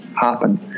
happen